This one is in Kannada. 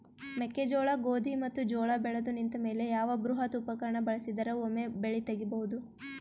ಮೆಕ್ಕೆಜೋಳ, ಗೋಧಿ ಮತ್ತು ಜೋಳ ಬೆಳೆದು ನಿಂತ ಮೇಲೆ ಯಾವ ಬೃಹತ್ ಉಪಕರಣ ಬಳಸಿದರ ವೊಮೆ ಬೆಳಿ ತಗಿಬಹುದು?